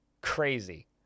crazy